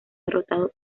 derrotado